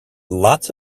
lots